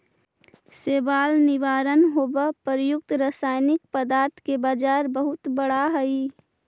शैवाल निवारण हेव प्रयुक्त रसायनिक पदार्थ के बाजार बहुत बड़ा हई